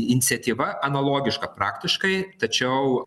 iniciatyva analogiška praktiškai tačiau